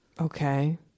Okay